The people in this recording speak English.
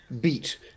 beat